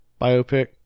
biopic